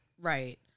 right